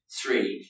three